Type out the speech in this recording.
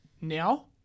now